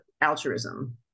altruism